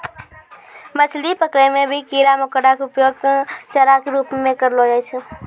मछली पकड़ै मॅ भी कीड़ा मकोड़ा के उपयोग चारा के रूप म करलो जाय छै